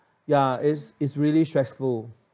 ya is is really stressful